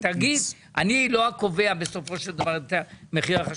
תגיד: אני לא הקובע בסופו של דבר את מחיר החשמל.